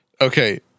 Okay